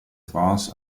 france